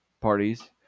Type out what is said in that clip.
parties